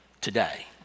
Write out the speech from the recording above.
today